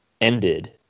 ended